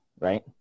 right